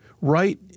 right